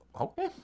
Okay